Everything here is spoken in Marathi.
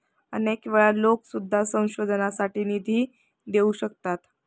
अनेक वेळा लोकं सुद्धा संशोधनासाठी निधी देऊ शकतात